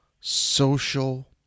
social